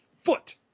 foot